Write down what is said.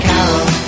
Carol